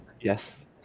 Yes